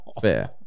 Fair